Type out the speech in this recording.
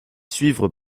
suivre